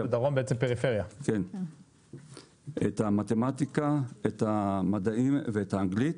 את המתמטיקה והאנגלית.